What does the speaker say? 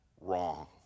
wrong